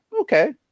okay